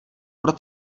pro